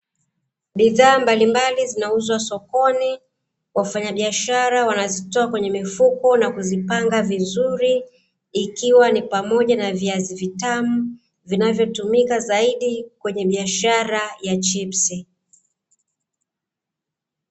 Bidhaa mbalimbali zinauzwa sokoni, wafanyabishara wanazitoa kwenye mifuko na kuzipanga vizuri ikiwa ni pamoja na viazi vitamu vinavyotumika zaidi kwenye biashara ya chipsi.